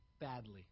badly